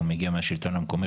הוא מגיע מהשלטון המקומי.